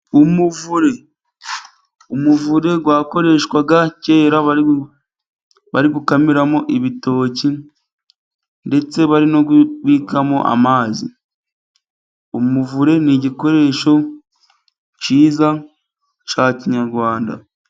Umuvure. Umuvure wakoreshwaga kera bari gukamiramo ibitoki, ndetse bari no kubikamo amazi. Umuvure ni igikoresho kiza, cya kinyarwanda.